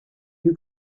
who